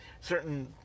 certain